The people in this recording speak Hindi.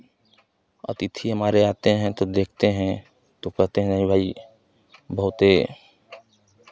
अतिथि हमारे आते हैं तो देखते हैं तो कहते हैं अरे भाई बहुते